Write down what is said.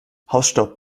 hausstaub